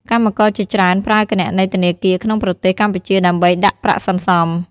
កម្មករជាច្រើនប្រើគណនីធនាគារក្នុងប្រទេសកម្ពុជាដើម្បីដាក់ប្រាក់សន្សំ។